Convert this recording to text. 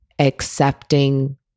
accepting